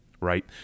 right